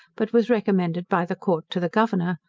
but was recommended by the court to the governor,